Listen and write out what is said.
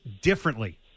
differently